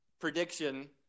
prediction